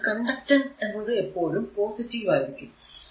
അതിനാൽ കണ്ടക്ടൻസ് എന്നതു എപ്പോഴും പോസിറ്റീവ് ആയിരിക്കും